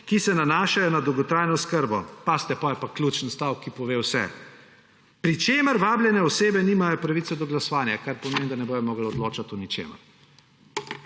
ki se nanašajo na dolgotrajno oskrbo,« pazite, potem je pa ključen stavek, ki pove vse, »pri čemer vabljene osebe nimajo pravice do glasovanja,« kar pomeni, da ne bodo mogli odločati o ničemer.